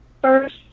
First